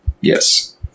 Yes